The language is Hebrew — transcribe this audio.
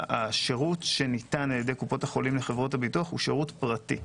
השירות שניתן על ידי קופות החולים לחברות הביטוח הוא שירות פרטי.